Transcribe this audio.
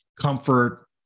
comfort